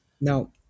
No